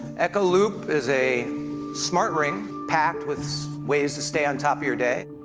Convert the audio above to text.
echo loop is a smart ring, packed with ways to stay on top of your day.